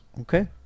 Okay